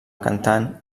cantant